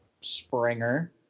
Springer